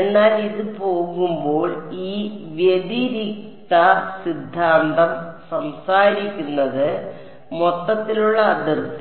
എന്നാൽ ഇത് പോകുമ്പോൾ ഈ വ്യതിരിക്ത സിദ്ധാന്തം സംസാരിക്കുന്നത് മൊത്തത്തിലുള്ള അതിർത്തി